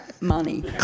money